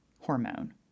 hormone